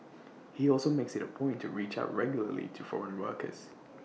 he also makes IT A point to reach out regularly to foreign workers